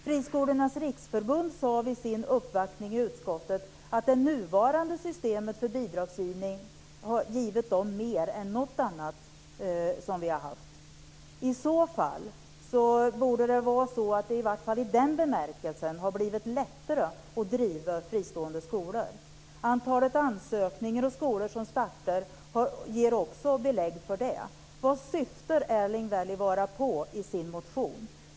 Friskolornas riksförbund sade vid sin uppvaktning i utskottet att det nuvarande systemet för bidragsgivning har givit friskolorna mer än något annat som vi har haft. I så fall borde det i varje fall i den bemärkelsen ha blivit lättare att driva fristående skolor. Antalet ansökningar och skolor som startar ger också belägg för det. Vad syftar Erling Wälivaara på i sin motion?